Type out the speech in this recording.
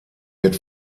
wird